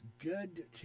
good